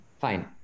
Fine